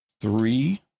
three